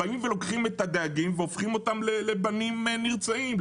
לוקחים את הדייגים והופכים אותם לבנים נרצעים,